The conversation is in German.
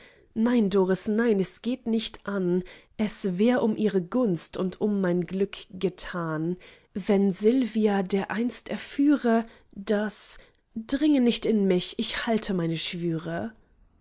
nein doris nein es geht nicht an es wär um ihre gunst und um mein glück getan wenn sylvia dereinst erführe daß dringe nicht in mich ich halte meine schwüre